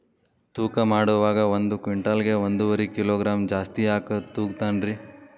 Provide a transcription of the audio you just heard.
ತೂಕಮಾಡುವಾಗ ಒಂದು ಕ್ವಿಂಟಾಲ್ ಗೆ ಒಂದುವರಿ ಕಿಲೋಗ್ರಾಂ ಜಾಸ್ತಿ ಯಾಕ ತೂಗ್ತಾನ ರೇ?